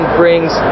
brings